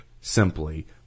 simply